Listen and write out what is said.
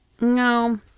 No